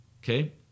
Okay